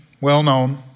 well-known